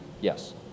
yes